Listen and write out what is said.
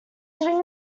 sitting